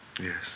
Yes